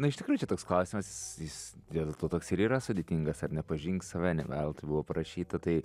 na iš tikrųjų čia toks klausimas is is dėl to toks ir yra sudėtingas ar ne pažink save ne veltui buvo parašyta tai